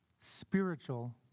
spiritual